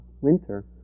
winter